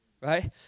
right